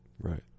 right